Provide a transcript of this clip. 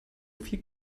viel